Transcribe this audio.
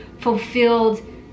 fulfilled